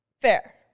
Fair